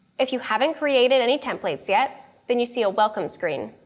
if you haven't created any templates yet, then you see a welcome screen.